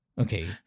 okay